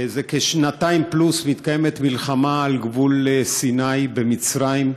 זה כשנתיים פלוס מתקיימת מלחמה על גבול סיני במצרים,